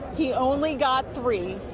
he only got three.